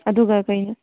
ꯑꯗꯨꯒ